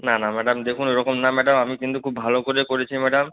না না ম্যাডাম দেখুন ওইরকম না ম্যাডাম আমি কিন্তু খুব ভালো করে করেছি ম্যাডাম